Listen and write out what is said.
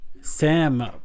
Sam